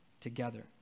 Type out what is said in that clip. together